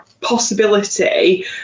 possibility